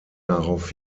darauf